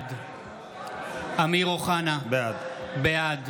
בעד אמיר אוחנה, בעד